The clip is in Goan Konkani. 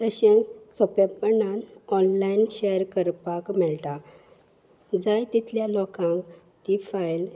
तशेंच सोंपेपणान ऑनलायन शॅअर करपाक मेळटा जाय तितल्या लोकांक ती फायल